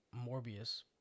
Morbius